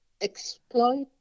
exploit